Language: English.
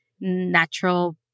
natural